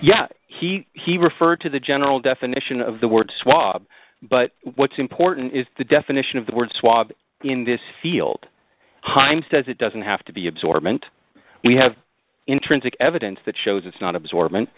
yes he he referred to the general definition of the word swab but what's important is the definition of the word swab the in this field haim says it doesn't have to be absorbent we have intrinsic evidence that shows it's not absorbent